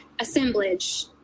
assemblage